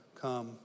come